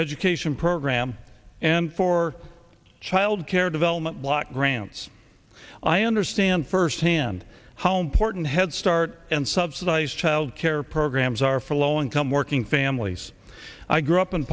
education program and for childcare development block grants i understand first hand how important head start and subsidized child care programs are for low income working families i grew up in